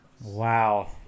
Wow